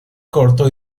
corto